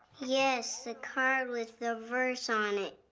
yes, the card with the verse on it.